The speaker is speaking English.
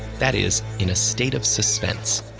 that is, in a state of suspense.